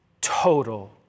total